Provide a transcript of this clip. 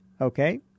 Okay